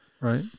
right